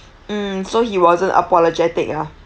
mm so he wasn't apologetic ah